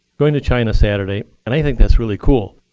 going to china saturday. and i think that's really cool,